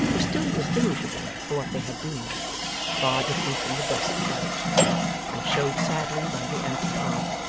were still distinguishable for what they had been far different from the dust without and showed sadly by the empty hearth,